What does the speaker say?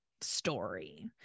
story